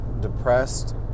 depressed